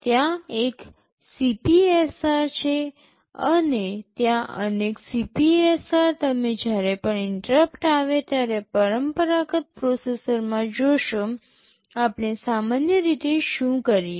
ત્યાં એક CPSR છે અને ત્યાં અનેક CPSR તમે જ્યારે પણ ઇન્ટરપ્ટ આવે ત્યારે પરંપરાગત પ્રોસેસરમાં જોશો આપણે સામાન્ય રીતે શું કરીએ